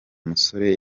musore